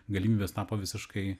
galimybės tapo visiškai